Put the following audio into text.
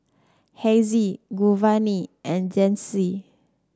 Hezzie Giovanni and Jensen